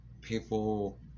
people